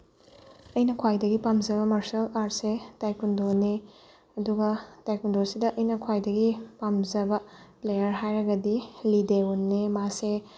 ꯑꯩꯅ ꯈ꯭ꯋꯥꯏꯗꯒꯤ ꯄꯥꯝꯖꯕ ꯃꯥꯔꯁꯦꯜ ꯑꯥꯔꯠꯁꯦ ꯇꯥꯏꯀꯨꯟꯗꯣꯅꯤ ꯑꯗꯨꯒ ꯇꯥꯏꯀꯨꯟꯗꯣꯁꯤꯗ ꯑꯩꯅ ꯈ꯭ꯋꯥꯏꯗꯒꯤ ꯄꯥꯝꯖꯕ ꯄ꯭ꯂꯦꯌꯔ ꯍꯥꯏꯔꯒꯗꯤ ꯂꯤ ꯖꯦ ꯋꯨꯟꯅꯦ ꯃꯥꯁꯦ